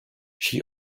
she